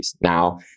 Now